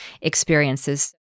experiences